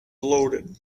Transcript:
loaded